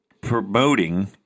promoting